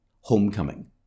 Homecoming